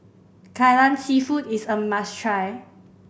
Kai Lan Seafood is a must try